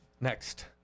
next